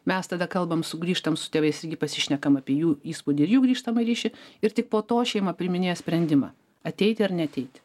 mes tada kalbam sugrįžtam su tėvais irgi pasišnekam apie jų įspūdį ir jų grįžtamąjį ryšį ir tik po to šeima priiminėja sprendimą ateiti ar neateiti